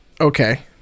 Okay